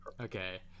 Okay